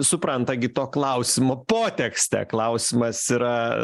supranta gi to klausimo potekstę klausimas yra